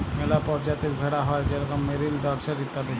ম্যালা পরজাতির ভেড়া হ্যয় যেরকম মেরিল, ডরসেট ইত্যাদি